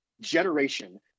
generation